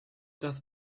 das